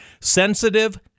Sensitive